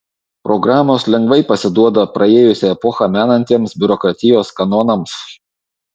programos lengvai pasiduoda praėjusią epochą menantiems biurokratijos kanonams